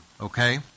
okay